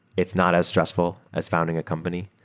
it's not as stressful as founding a company.